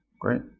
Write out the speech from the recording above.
Great